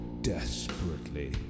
desperately